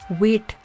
weight